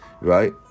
right